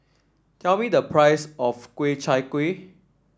tell me the price of Ku Chai Kuih